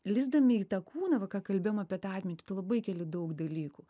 kūną va ką kalbėjom apie tą atmintį tu labai keli daug dalykų